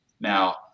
Now